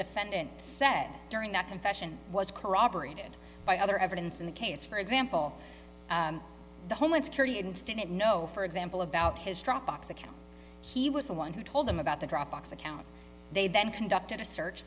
defendant said during that confession was corroborated by other evidence in the case for example the homeland security instinet know for example about his dropbox account he was the one who told them about the dropbox account they then conducted a search